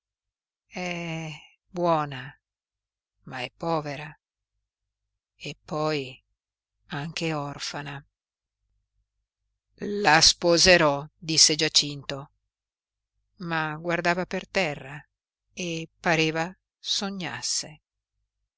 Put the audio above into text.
è buona ma è povera eppoi anche orfana la sposerò disse giacinto ma guardava per terra e pareva sognasse